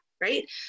right